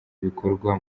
bikorwa